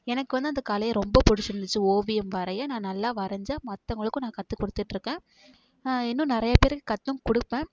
எனக்கு வந்து அந்த கலையை ரொம்ப பிடிச்சி இருந்துச்சு ஓவியம் வரைய நான் நல்லா வரைஞ்சேன் மற்றவங்களுக்கும் நான் கத்துக்கொடுத்துட்டு இருக்கேன் இன்னும் நிறைய பேருக்கு கற்றும் குடுப்பேன்